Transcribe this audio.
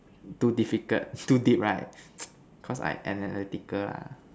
too difficult too deep right cause I analytical ah